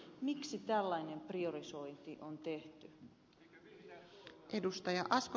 miksi tällainen priorisointi on tehty